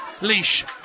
leash